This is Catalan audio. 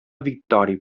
victòria